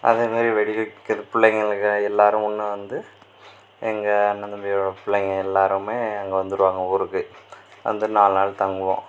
அதேமாதிரி வெடி வைக்கிற பிள்ளைங்களுங்க எல்லாரும் ஒன்றா வந்து எங்கள் அண்ணன் தம்பிங்களோட பிள்ளைங்க எல்லாருமே அங்கே வந்துருவாங்க ஊருக்கு வந்து நாலு நாள் தங்குவோம்